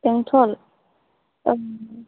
बेंटल ए